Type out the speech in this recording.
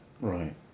Right